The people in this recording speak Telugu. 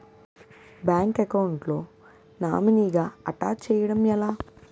బ్యాంక్ అకౌంట్ లో నామినీగా అటాచ్ చేయడం ఎలా?